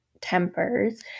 tempers